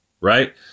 right